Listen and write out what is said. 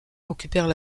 occupèrent